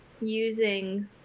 using